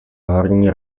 horní